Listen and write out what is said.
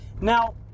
Now